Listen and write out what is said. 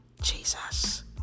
Jesus